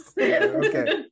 okay